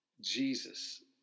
Jesus